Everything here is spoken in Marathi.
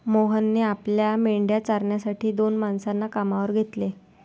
मोहनने आपल्या मेंढ्या चारण्यासाठी दोन माणसांना कामावर घेतले